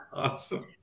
Awesome